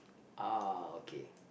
ah okay